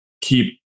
keep